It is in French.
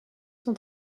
son